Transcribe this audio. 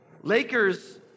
Lakers